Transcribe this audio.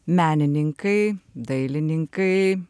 menininkai dailininkai